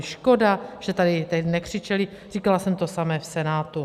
Škoda, že tady tehdy nekřičeli, říkala jsem to samé v Senátu.